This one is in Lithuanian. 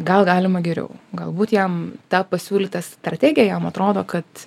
gal galima geriau galbūt jam ta pasiūlyta strategiją jam atrodo kad